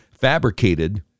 fabricated